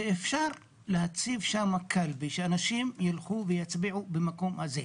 שאפשר להציב שם קלפי שאנשים ילכו ויצביעו במקום הזה.